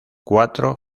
cuatro